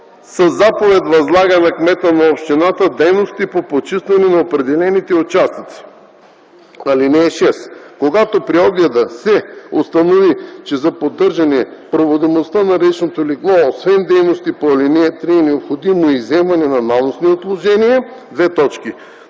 със заповед възлага на кмета на общината дейностите по почистването на определените участъци. (6) Когато при огледа се установи, че за поддържането проводимостта на речното легло освен дейностите по ал. 3 е необходимо и изземване на наносни отложения: 1.